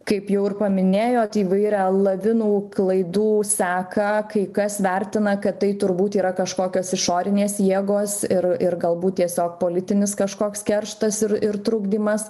kaip jau ir paminėjot įvairią lavinų klaidų seką kai kas vertina kad tai turbūt yra kažkokios išorinės jėgos ir ir galbūt tiesiog politinis kažkoks kerštas ir ir trukdymas